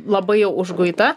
labai jau užguita